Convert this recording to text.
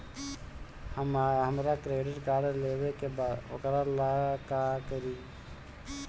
हमरा credit card लेवे के बा वोकरा ला का करी?